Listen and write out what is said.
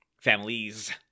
Families